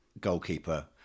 goalkeeper